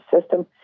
system